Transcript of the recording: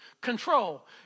control